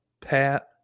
Pat